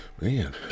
Man